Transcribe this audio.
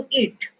eat